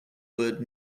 word